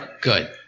Good